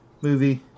movie